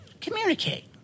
Communicate